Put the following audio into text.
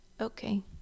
Okay